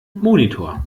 monitor